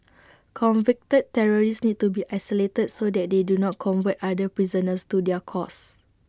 convicted terrorists need to be isolated so that they do not convert other prisoners to their cause